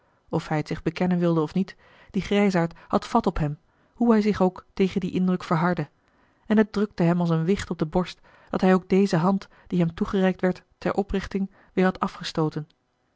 of hij het zich bekennen wilde of niet die grijsaard had vat op hem hoe hij zich ook tegen dien indruk verhardde en het drukte hem als een wicht op de borst dat hij ook deze hand die hem toegereikt werd ter oprichting weêr had afgestooten